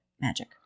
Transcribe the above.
Magic